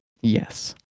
Yes